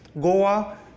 Goa